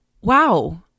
wow